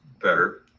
better